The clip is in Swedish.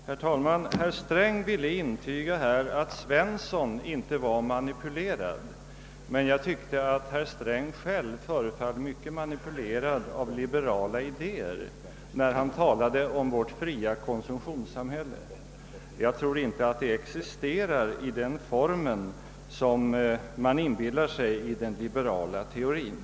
Herr talman! Herr Sträng ville intyga att Svensson inte var manipulerad. Jag tycker däremot att herr Sträng själv föreföll mycket manipulerad av liberala idéer, när han talade om vårt fria konsumtionssamhälle. Jag tror inte att det existerar i den formen som man inbillar sig i den liberala teorin.